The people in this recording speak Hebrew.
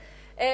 טוב.